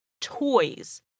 toys